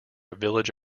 village